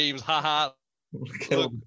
Ha-ha